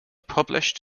published